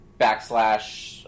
backslash